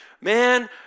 Man